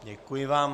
Děkuji vám.